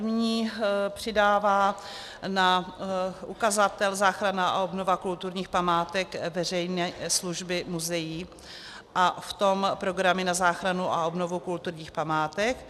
První přidává na ukazatel záchrana a obnova kulturních památek veřejné služby muzeí, a v tom programy na záchranu a obnovu kulturních památek.